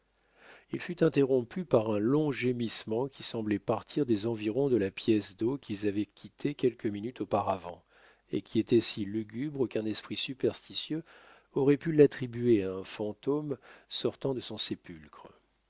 il fut interrompu par un long gémissement qui semblait partir des environs de la pièce d'eau qu'ils avaient quittée quelques minutes auparavant et qui était si lugubre qu'un esprit superstitieux aurait pu l'attribuer à un fantôme sortant de son sépulcre